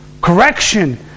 correction